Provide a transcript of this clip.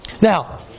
Now